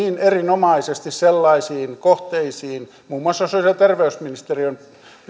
erinomaisesti sellaisiin kohteisiin muun muassa sosiaali ja terveysministeriön